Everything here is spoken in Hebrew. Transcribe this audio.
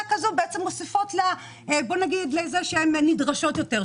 כזו בעצם מוסיפה להן בכך שהן נדרשות יותר,